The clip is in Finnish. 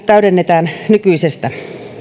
täydennetään nykyisestä